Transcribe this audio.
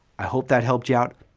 i hope that helped you out.